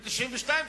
ב-1992,